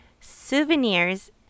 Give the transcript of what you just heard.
souvenirs